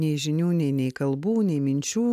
nei žinių nei nei kalbų nei minčių